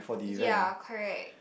ya correct